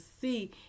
see